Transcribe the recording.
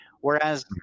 Whereas